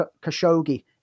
Khashoggi